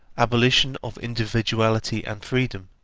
abolition of individuality and freedom!